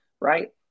right